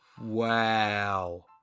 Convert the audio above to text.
Wow